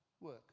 work